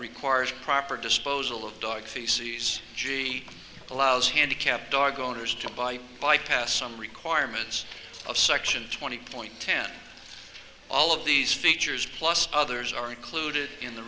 required proper disposal of dog feces she allows handicapped dog owners to buy by pass some requirements of section twenty point ten all of these features plus others are included in the